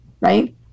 right